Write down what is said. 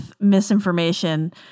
misinformation